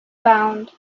bound